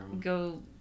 go